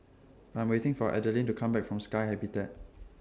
I'm waiting For Adaline to Come Back from Sky Habitat